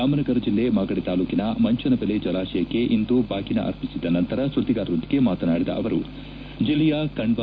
ರಾಮನಗರ ಜಿಲ್ಲೆ ಮಾಗಡಿ ತಾಲ್ಲೂಕಿನ ಮಂಚನಬೆಲೆ ಜಲಾಶಯಕ್ಕೆ ಇಂದು ಬಾಗಿನ ಅರ್ಪಿಸಿದ ನಂತರ ಸುದ್ದಿಗಾರರೊಂದಿಗೆ ಮಾತನಾಡಿದ ಅವರು ಜಿಲ್ಲೆಯ ಕಣ್ವ